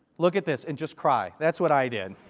look at this and just cry. that's what i do.